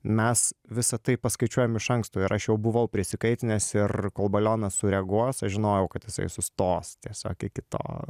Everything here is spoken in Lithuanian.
mes visa tai paskaičiuojam iš anksto ir aš jau buvau prisikaitinęs ir kol balionas sureaguos aš žinojau kad jisai sustos tiesiog iki to